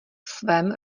svém